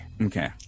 Okay